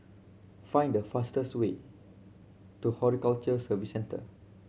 find the fastest way to Horticulture Services Centre